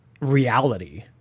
reality